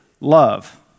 Love